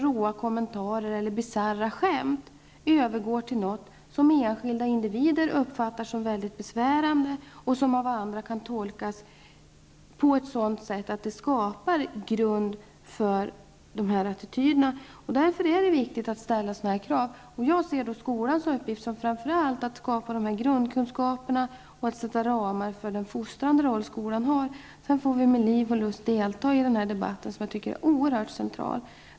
Råa kommentarer eller bisarra skämt övergår lätt till något som enskilda individer uppfattar som mycket besvärande och kan av andra tolkas på ett sådant sätt att det skapar grund för dessa attityder. Därför är det viktigt att ställa sådana här krav. Jag ser därför att det är skolans uppgift att framför allt ge grundkunskaperna och sätta ramar för den fostrande roll som skolan har. Sedan får vi med liv och lust delta i den här debatten, som är oerhört central.